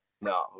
No